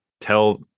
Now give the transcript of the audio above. tell